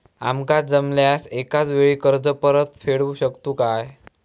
आमका जमल्यास एकाच वेळी कर्ज परत फेडू शकतू काय?